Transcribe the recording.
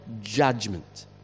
judgment